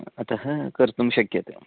अतः कर्तुं शक्यते